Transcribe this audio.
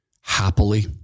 happily